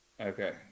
Okay